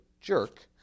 jerk